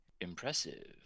impressive